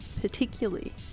particularly